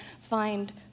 find